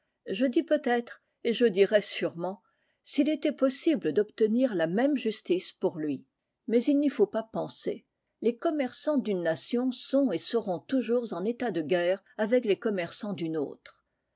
je dis peut-être et je dirais sûrement s'il était possible d'obtenir la même justice pour lui mais il n'y faut pas penser les commerçants d'une nation sont et seront toujours en état de guerre avec les commerçants d'une autre